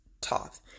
Toth